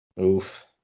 Oof